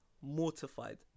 mortified